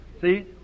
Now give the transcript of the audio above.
See